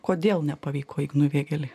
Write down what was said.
kodėl nepavyko ignui vėgėlei